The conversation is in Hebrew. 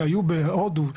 שהיו בהודו,